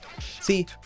See